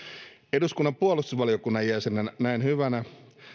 eduskunnan puolustusvaliokunnan jäsenenä näen hyvänä